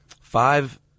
five